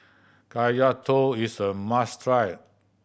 Kaya Toast is a must try